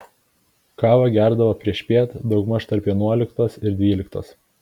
kavą gerdavo priešpiet daugmaž tarp vienuoliktos ir dvyliktos